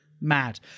mad